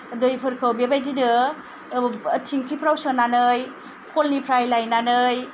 दैफोरखौ बेबायदिनो थिंकिफोराव सोनानै खलनिफ्राय लायनानै